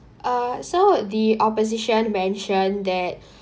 uh so the opposition mentioned that